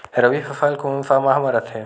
रबी फसल कोन सा माह म रथे?